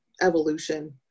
evolution